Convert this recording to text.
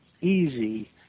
easy